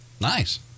Nice